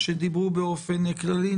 שדיברו באופן כללי.